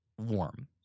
warm